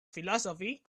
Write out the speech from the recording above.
philosophy